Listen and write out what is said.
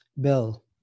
Bill